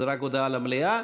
זה רק הודעה למליאה.